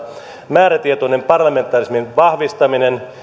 määrätietoinen parlamentarismin vahvistaminen